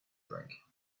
drink